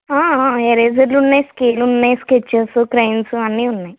ఎరేజెర్లు ఉన్నాయి స్కేల్లు ఉన్నాయి స్కెచ్చెస్ క్రేయాన్సు అన్నీ ఉన్నాయి